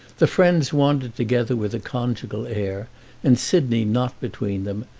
the friends wandered together with a conjugal air and sidney not between them,